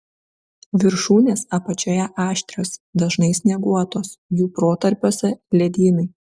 viršūnės apačioje aštrios dažnai snieguotos jų protarpiuose ledynai